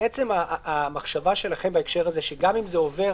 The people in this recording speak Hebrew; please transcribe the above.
בעצם המחשבה שלכם בהקשר הזה, שגם אם זה עובר